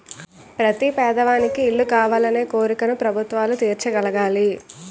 ప్రతి పేదవానికి ఇల్లు కావాలనే కోరికను ప్రభుత్వాలు తీర్చగలగాలి